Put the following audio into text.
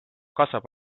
kasvab